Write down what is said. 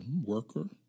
worker